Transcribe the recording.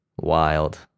Wild